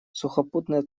сухопутная